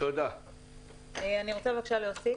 אני מבקשת להוסיף.